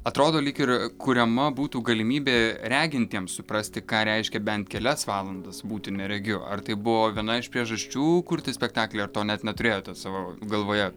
atrodo lyg ir kuriama būtų galimybė regintiems suprasti ką reiškia bent kelias valandas būti neregiu ar tai buvo viena iš priežasčių kurti spektaklį ar to net neturėjote savo galvoje